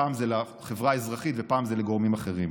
פעם זה לחברה האזרחית ופעם זה לגורמים אחרים.